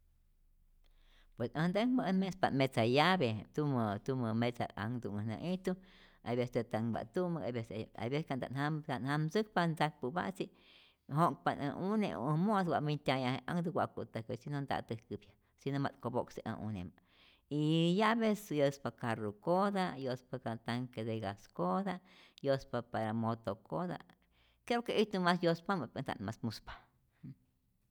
Pues äj ntäkmä ät mespa't metza llave tumä metza anhtu'nhät nä'ijtu hay vece ntanhpa't tumä hay vece hay vece ka'nta't jamtzäkpa tzakpä'pa'tzi, jo'kpa't ä une' o äj mo'ot wa mij tyayaje anhtuk wa'ku't täjkäyu si no nta't täjkäpya si no ma't kopo'kse ä unemä yyy llave yospa karru'kota, yospa ka tanque de gas'kota', yospa para moto'kota', creo que ijtu mas yospamä pe ät nta't mas muspa.